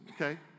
okay